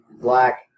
black